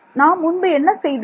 நாம் முன்பு என்ன செய்தோம்